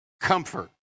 comfort